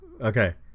okay